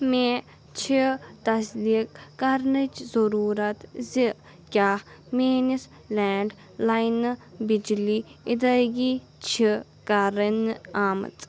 مےٚ چھِ تصدیٖق کَرنٕچ ضروٗرت زِ کیٛاہ میٛٲنِس لینٛڈ لایِنہٕ بِجلی اِدٲیگی چھِ کَرٕنۍ آمٕژ